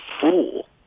fool